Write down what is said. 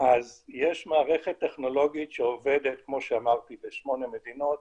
יש מערכת טכנולוגית שעובדת בשמונה מדינות,